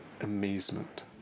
amazement